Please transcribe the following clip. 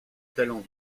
talent